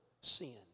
sin